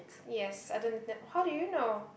yes I don't need that how do you know